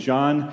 John